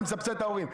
אני מסבסד את ההורים.